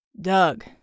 Doug